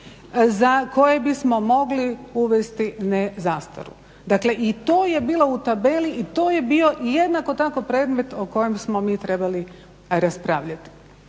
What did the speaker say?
za koje bismo mogli uvesti nezastoru. Dakle, i to je bilo u tabeli i to je bio i jednako tako predmet o kojem smo mi trebali raspravljati.